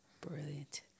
Brilliant